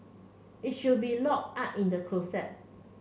it should be locked up in the closet